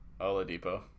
Oladipo